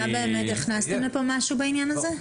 לא הכנסתם לפה משהו בעניין הזה.